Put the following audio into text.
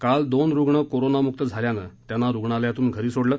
काल दोन रुग्ण कोरोनामुक्त झाल्यानं त्यांना रुग्णालयातून घरी सोडलं